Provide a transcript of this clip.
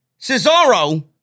Cesaro